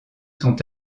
sont